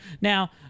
now